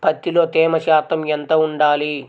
పత్తిలో తేమ శాతం ఎంత ఉండాలి?